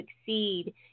succeed